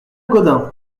gaudin